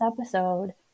episode